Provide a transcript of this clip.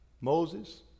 Moses